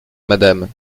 madame